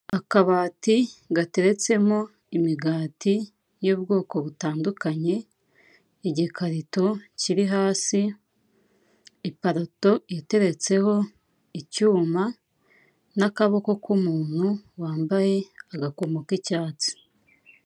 Akabati gateretsemo imigati y'ubwoko butandukanye, igikarito kiri hasi, iparato iteretseho icyuma n'akaboko k'umuntu wambaye agakomo k'icyatsi.